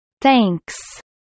Thanks